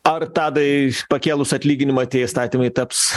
ar tadai pakėlus atlyginimą tie įstatymai taps